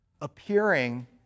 appearing